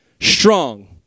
Strong